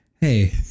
Hey